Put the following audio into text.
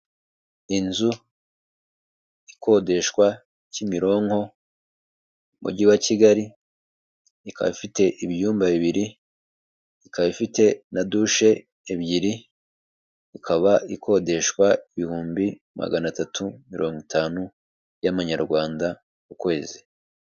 Inzu ikodeshwa kimironko mujyi wa kigali, ikabafite ibyumba bibiri ikaba ifite na dushe ebyiri, ikaba ikodeshwa ibihumbi magana atatu na mirongo itanu y'amanyarwanda ku kwezi.